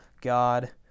God